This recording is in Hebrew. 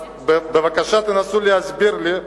בבקשה, תנסו להסביר לי.